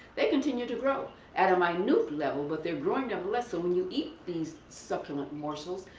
they continue to grow at a minute level but they're growing unless when you eat these succulent morsels,